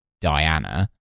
diana